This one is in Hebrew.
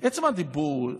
עצם הדיבור,